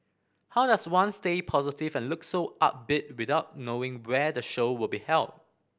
how does one stay positive and look so upbeat without knowing where the show will be held